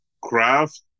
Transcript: craft